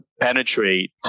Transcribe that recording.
penetrate